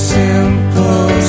simple